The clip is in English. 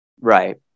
Right